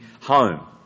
home